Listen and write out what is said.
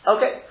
Okay